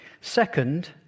Second